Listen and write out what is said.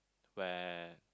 where